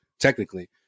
technically